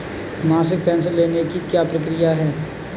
मासिक पेंशन लेने की क्या प्रक्रिया है?